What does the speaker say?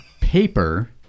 paper